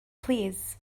plîs